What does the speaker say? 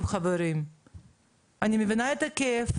לא, לא, אני לא מנסה להסית.